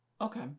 okay